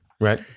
right